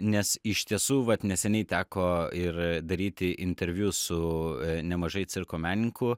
nes iš tiesų vat neseniai teko ir daryti interviu su nemažai cirko menininkų